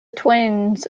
twins